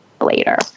later